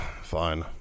Fine